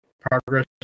Progress